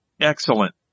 Excellent